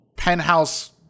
penthouse